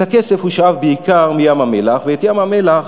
את הכסף הוא שאב בעיקר מים-המלח, ואת ים-המלח